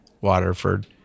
Waterford